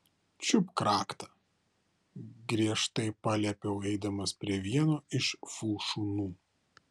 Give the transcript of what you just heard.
čiupk raktą griežtai paliepiau eidamas prie vieno iš fu šunų